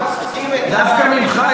דווקא ממך,